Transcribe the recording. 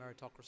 meritocracy